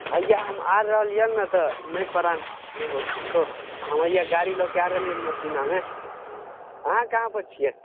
हैया हम आ रहलियै हन तऽ नहि परा हन नहि होत किछो हम हैया गाड़ी लऽ कऽ आबै हियै मेसिनामे अहाँ कहाँ पर छियै